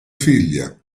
figlia